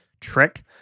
trick